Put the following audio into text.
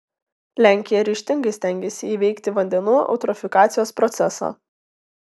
lenkija ryžtingai stengiasi įveikti vandenų eutrofikacijos procesą